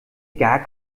gar